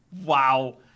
wow